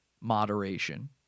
moderation